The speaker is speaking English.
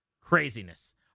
craziness